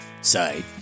side